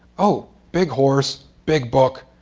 oh, big horse. big book.